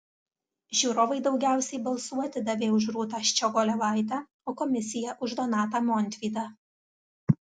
žiūrovai daugiausiai balsų atidavė už rūtą ščiogolevaitę o komisija už donatą montvydą